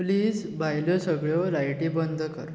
please भायल्यो सगळ्यो लायटी बंद कर